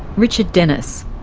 richard denniss.